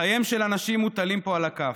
חייהם של אנשים מוטלים פה על הכף.